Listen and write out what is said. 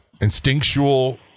instinctual